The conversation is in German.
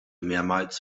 mehrmals